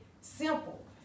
simple